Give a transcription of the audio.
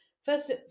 First